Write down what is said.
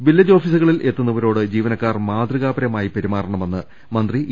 village ഓഫീസുകളിൽ എത്തുന്നവരോട് ജീവനക്കാർ മാതൃ കാപരമായി പെരുമാറണമെന്ന് മന്ത്രി ഇ